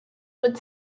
would